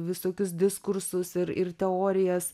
visokius diskursus ir ir teorijas